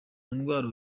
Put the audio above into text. ndwara